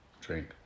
drink